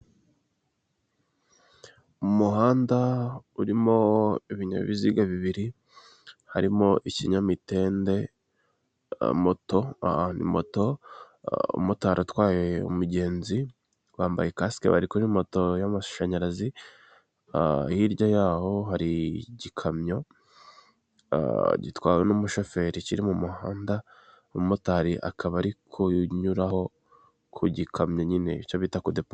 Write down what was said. Umuhanda urimo ibinyabiziga bibiri, harimo ikinyamitende, moto, ni moto, umumotari atwaye umugenzi, bambaye kasike, bari kuri moto y'amashanyarazi, hirya yaho hari igikamyo gitwawe n'umushoferi kiri mu muhanda, umumotari akaba ari kunyuraho ku gikamyo nyine, icyo bita kudepasa.